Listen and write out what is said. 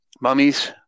Mummies